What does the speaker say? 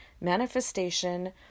manifestation